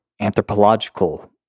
anthropological